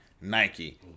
Nike